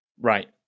Right